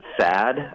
sad